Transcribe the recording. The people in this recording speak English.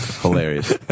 Hilarious